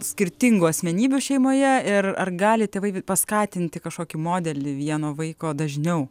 skirtingų asmenybių šeimoje ir ar gali tėvai paskatinti kažkokį modelį vieno vaiko dažniau